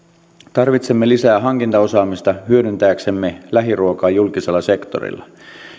tarvitsemme lisää hankintaosaamista hyödyntääksemme lähiruokaa julkisella sektorilla